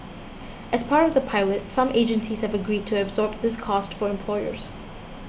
as part of the pilot some agencies have agreed to absorb this cost for employers